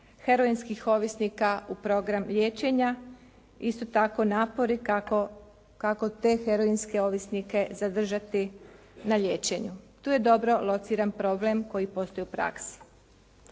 heroinskih ovisnika u program liječenja. Isto tako napori kako, kako te heroinske ovisnike zadržati na liječenju. Tu je dobro lociran problem koji postoji u praksi.